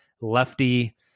lefty